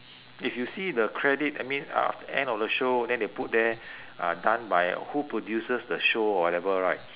if you see the credit I mean ah aft~ end of the show then they put there uh done by who produces the show whatever right